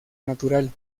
natural